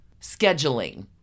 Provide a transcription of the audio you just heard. scheduling